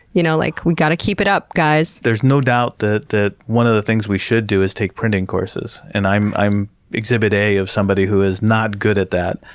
you know like, we got to keep it up guys! there's no doubt that one of the things we should do is take printing courses. and i'm i'm exhibit a of somebody who is not good at that,